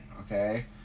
Okay